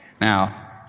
Now